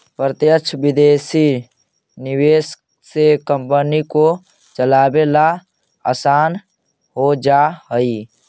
प्रत्यक्ष विदेशी निवेश से कंपनी को चलावे ला आसान हो जा हई